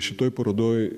šitoj parodoj